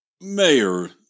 Mayor